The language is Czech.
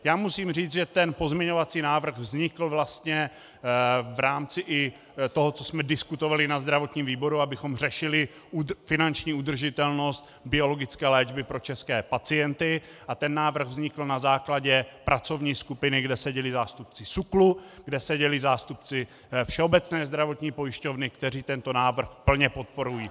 Já musím říci, že ten pozměňovací návrh vznikl vlastně i v rámci toho, co jsme diskutovali ve zdravotním výboru, abychom řešili finanční udržitelnost biologické léčby pro české pacienty, a ten návrh vznikl na základě pracovní skupiny, kde seděli zástupci SÚKLu, kde seděli zástupci Všeobecné zdravotní pojišťovny, kteří tento návrh plně podporují.